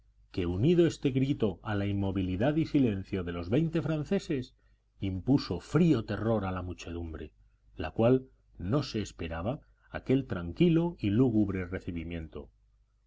que unido este grito a la inmovilidad y silencio de los veinte franceses impuso frío terror a la muchedumbre la cual no se esperaba aquel tranquilo y lúgubre recibimiento